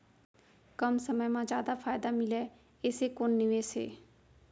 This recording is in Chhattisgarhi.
कम समय मा जादा फायदा मिलए ऐसे कोन निवेश हे?